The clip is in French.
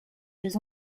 des